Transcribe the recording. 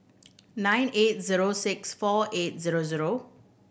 nine eight zero six four eight zero zero